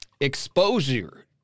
exposure